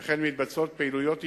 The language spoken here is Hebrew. וכן מתבצעות פעילויות ייחודיות,